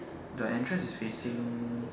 the entrance is facing